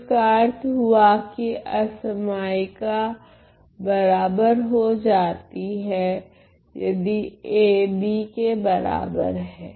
तो इसका अर्थ हुआ कि असमायीका बराबर हो जाती है यदि A B के बराबर हैं